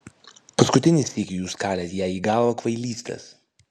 paskutinį sykį jūs kalėt jai į galvą kvailystes